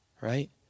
Right